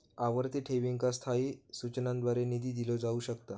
आवर्ती ठेवींका स्थायी सूचनांद्वारे निधी दिलो जाऊ शकता